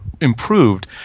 improved